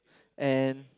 and